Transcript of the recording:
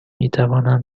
میتوانم